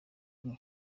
nti